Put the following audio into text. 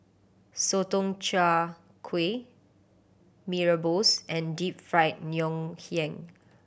Sotong Char Kway Mee Rebus and Deep Fried Ngoh Hiang